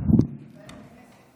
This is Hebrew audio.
יושב-ראש הכנסת,